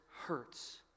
hurts